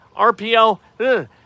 RPO